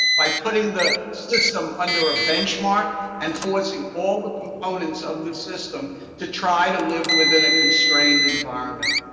by putting the system under a benchmark and forcing all the components of the system to try to live within a constrained environment.